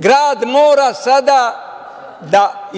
Grad mora sada da